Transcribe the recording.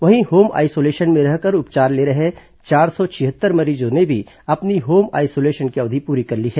वहीं home isolation में रहकर उपचार ले रहे चार सौ छिहत्तर मरीजों ने भी अपनी होम आइसोलेशन की अवधि पूरी कर ली है